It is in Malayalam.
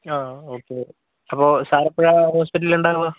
ആ ഓക്കെ അപ്പോൾ സർ എപ്പോഴാണ് ഹോസ്പിറ്റലിൽ ഉണ്ടാവുക